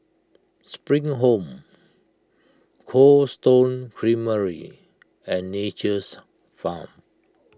Spring Home Cold Stone Creamery and Nature's Farm